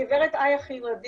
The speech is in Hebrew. הגב' איה חיראדין,